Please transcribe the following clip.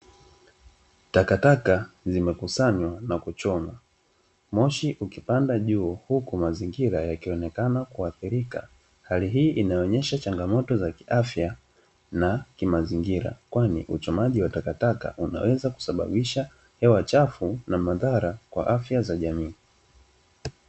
Takataka zimekuswanywa na kuchomwa, moshi ukipanda juu huku mazingira yakionekana kuathirika. Hali hii inaonyesha changamoto za kiafya na kimazingira, kwani uchomaji wa takataka unaweza kusababaisha hewa chafu na madhara kwa afya za jamii.